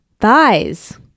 Thighs